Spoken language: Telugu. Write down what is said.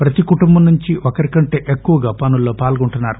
ప్రతి కుటుంబం నుంచి ఒకరి కంటే ఎక్కువగా పనుల్లో పాల్గొంటున్నారు